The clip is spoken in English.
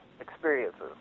experiences